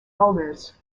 elders